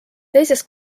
teises